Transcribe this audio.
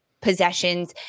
possessions